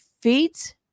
feet